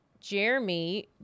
Jeremy